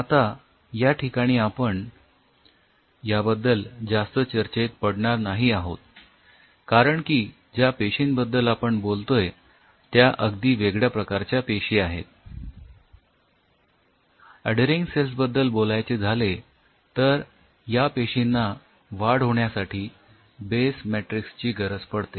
आता या ठिकाणी आपण याबद्दल जास्त चर्चेत पडणार नाही आहोत कारण की ज्या पेशिंबद्दल आपण बोलतोय त्या अगदी वेगळ्या प्रकारच्या पेशी आहेत अढेरिंग सेल्स बद्दल बोलायचे झाले तर या पेशींना वाढ होण्यासाठी बेस मॅट्रिक्स ची गरज पडते